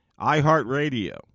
iHeartRadio